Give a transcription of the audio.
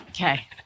Okay